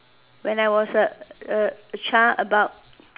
when I was a A child about